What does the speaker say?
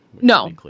No